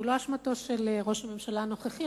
הוא לא אשמתו של ראש הממשלה הנוכחי,